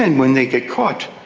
and when they get caught,